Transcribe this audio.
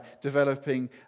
developing